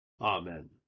Amen